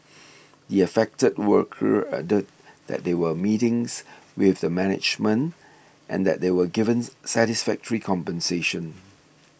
the affected worker added that there were meetings with the management and that they were given satisfactory compensation